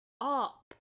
up